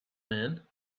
man